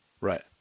Right